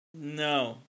No